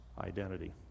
identity